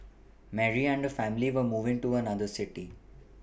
Mary and her family were moving to another city